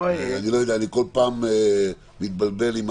אני כל פעם מתבלבל עם